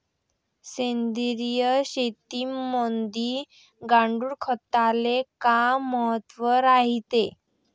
सेंद्रिय शेतीमंदी गांडूळखताले काय महत्त्व रायते?